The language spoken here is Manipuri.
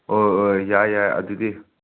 ꯑꯣ ꯑꯣ ꯌꯥꯏ ꯌꯥꯏ ꯑꯗꯨꯗꯤ